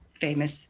famous